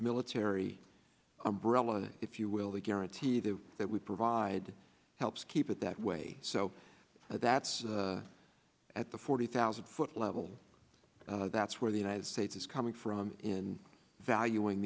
military umbrella if you will the guaranteed of that we provide helps keep it that way so that's at the forty thousand foot level that's where the united states is coming from in valuing